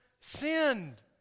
sinned